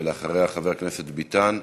ואחריה, חבר הכנסת ביטן.